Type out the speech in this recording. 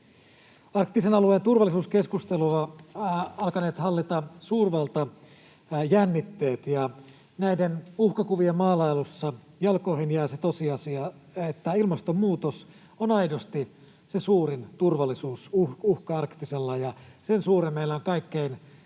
Arktisen alueen turvallisuuskeskustelua ovat alkaneet hallita suurvaltajännitteet, ja näiden uhkakuvien maalailussa jalkoihin jää se tosiasia, että ilmastonmuutos on aidosti se suurin turvallisuusuhka arktisella, ja sen suhteen meillä on kaikkein